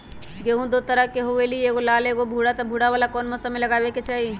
गेंहू दो तरह के होअ ली एगो लाल एगो भूरा त भूरा वाला कौन मौसम मे लगाबे के चाहि?